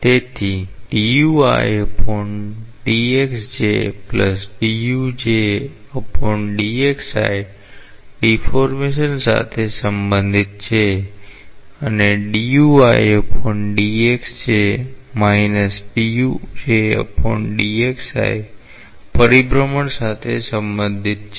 તેથી ડીફૉર્મેશન સાથે સંબંધિત છે અને પરિભ્રમણ સાથે સંબંધિત છે